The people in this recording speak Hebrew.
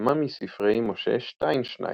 כמה מספרי משה שטיינשניידר.